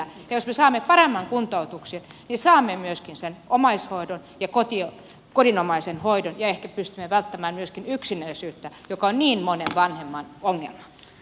jos me saamme paremman kuntoutuksen niin saamme myöskin sen omaishoidon ja kodinomaisen hoidon ja ehkä pystymme välttämään myöskin yksinäisyyttä joka on niin monen vanhuksen ongelma